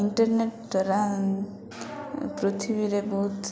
internet ଦ୍ୱାରା ପୃଥିବୀରେ ବହୁତ